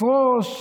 לפרוש,